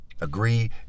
Agree